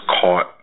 caught